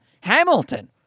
Hamilton